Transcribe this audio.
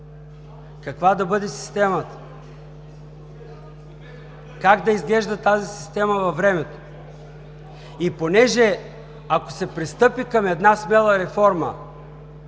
каква да бъде системата, как да изглежда тази система във времето? Ако се пристъпи към една смела реформа,